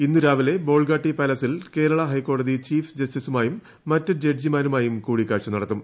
ഈന്ന് രാവിലെ ബോൾഗാട്ടി പാലസിൽ കേരളാ ഹൈക്കോട്ടതി ചീഫ് ജസ്റ്റിസുമായും മറ്റ് ജഡ്ജിമാരുമായും കൂടിക്കാഴ്ച നടിത്തും